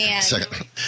second